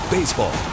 Baseball